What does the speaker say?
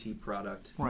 product